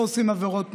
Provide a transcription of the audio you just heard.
לא עושים עבירות תנועה.